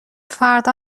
فرد